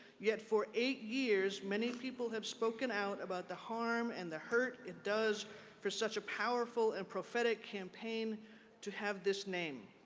yet for eight years many people have spoken out about the harm and the hurt it does for such a powerful and prophetic campaign to have this name.